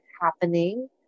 happening